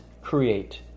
create